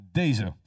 deze